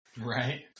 Right